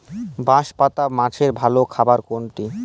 বাঁশপাতা মাছের ভালো খাবার কোনটি?